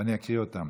ואני אקריא אותן.